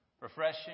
refreshing